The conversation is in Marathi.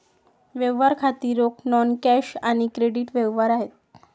व्यवहार खाती रोख, नॉन कॅश आणि क्रेडिट व्यवहार आहेत